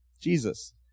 Jesus